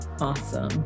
awesome